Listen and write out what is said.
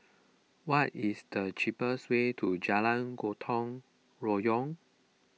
what is the cheapest way to Jalan Gotong Royong